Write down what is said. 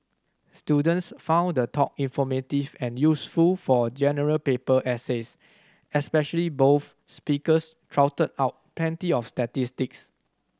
students found the talk informative and useful for General Paper essays especially both speakers trotted out plenty of statistics